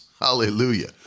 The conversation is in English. hallelujah